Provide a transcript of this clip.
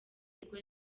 bwo